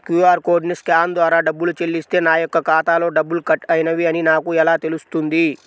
QR కోడ్ని scan ద్వారా డబ్బులు చెల్లిస్తే నా యొక్క ఖాతాలో డబ్బులు కట్ అయినవి అని నాకు ఎలా తెలుస్తుంది?